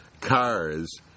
cars